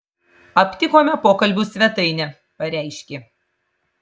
aptikome pokalbių svetainę pareiškė